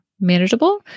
manageable